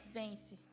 vence